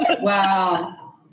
wow